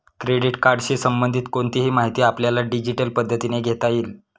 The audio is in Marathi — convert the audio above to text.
क्रेडिट कार्डशी संबंधित कोणतीही माहिती आपल्याला डिजिटल पद्धतीने घेता येईल